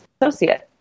associate